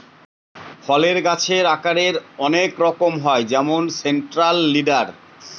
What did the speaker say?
ফলের গাছের আকারের অনেক রকম হয় যেমন সেন্ট্রাল লিডার